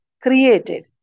created